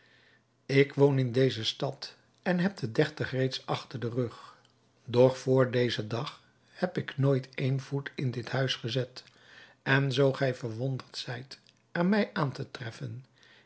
ik woon in deze stad en heb de dertig reeds achter den rug doch vr dezen dag heb ik nooit een voet in dit huis gezet en zoo gij verwonderd zijt er mij aan te treffen